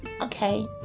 Okay